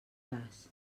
cas